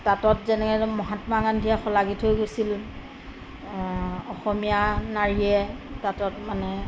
তাঁতত যেনেকৈ মহাত্মা গান্ধীয়ে শলাগী থৈ গৈছিল অঁ অসমীয়া নাৰীয়ে তাঁতত মানে